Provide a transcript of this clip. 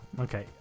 Okay